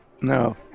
no